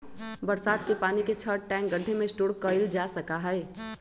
बरसात के पानी के छत, टैंक, गढ्ढे में स्टोर कइल जा सका हई